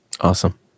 Awesome